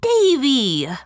Davy